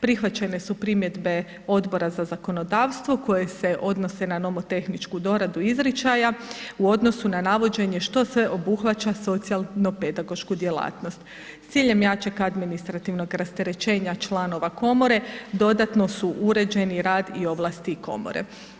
Prihvaćene su primjedbe Odbora za zakonodavstvo koje se odnose na nomotehničku doradu izričaja u odnosu na navođenje što sve obuhvaća socijalno pedagošku djelatnost s ciljem jačeg administrativnog rasterećenja članova komore dodatno su uređeni rad i ovlasti komore.